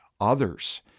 others